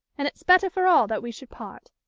and it's better for all that we should part.